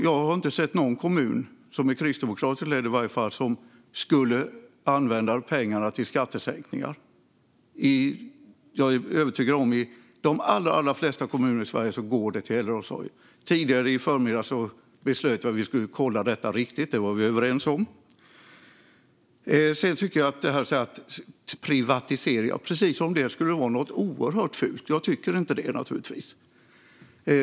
Jag har inte sett någon kommun, som är kristdemokratiskt ledd i varje fall, som skulle använda pengarna till skattesänkningar. Jag är övertygad om att pengarna i de allra, allra flesta kommuner i Sverige går till äldreomsorgen. Tidigare i förmiddags kom vi överens om att vi skulle kolla detta riktigt. Ann-Christin Ahlberg säger "privatiseringar" som om det skulle vara något oerhört fult. Jag tycker inte det, naturligtvis.